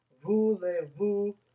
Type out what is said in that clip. Voulez-vous